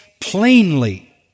plainly